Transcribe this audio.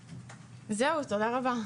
זהו, תודה רבה.